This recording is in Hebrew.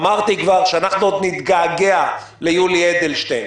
כבר אמרתי שאנחנו עוד נתגעגע ליולי אלדשטיין,